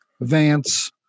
Vance